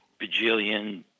bajillion